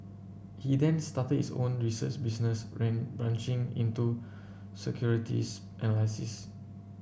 he then started his own research business branching into securities analysis